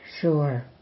Sure